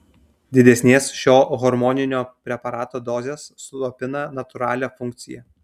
didesnės šio hormoninio preparato dozės slopina natūralią funkciją